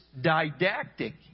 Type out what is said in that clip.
didactic